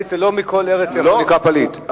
לא מכל ארץ זה נקרא פליט,